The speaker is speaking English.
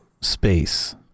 Space